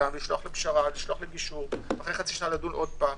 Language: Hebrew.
לשלוח לפשרה ולגישור ואחרי חצי שנה לדון שוב.